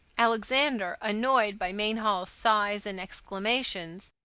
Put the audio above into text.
alexander, annoyed by mainhall's sighs and exclamations,